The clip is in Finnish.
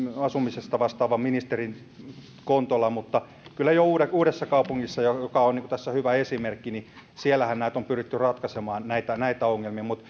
asumisesta vastaavan ministerin kontolla mutta kyllä jo uudessakaupungissa joka on nyt tässä hyvä esimerkki on pyritty ratkaisemaan näitä näitä ongelmia mutta